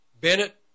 Bennett